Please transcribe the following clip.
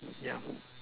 ya